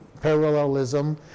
parallelism